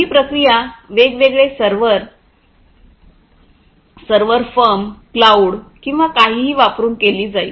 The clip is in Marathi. ही प्रक्रिया वेगवेगळे सर्व्हर सर्व्हर फर्म क्लाऊड किंवा काहीही वापरुन केली जाईल